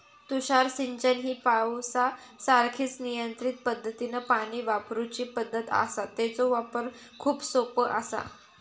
तुषार सिंचन ही पावसासारखीच नियंत्रित पद्धतीनं पाणी वापरूची पद्धत आसा, तेचो वापर खूप सोपो आसा